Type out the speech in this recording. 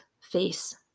face